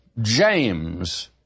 James